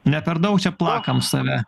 ne per daug čia plakam save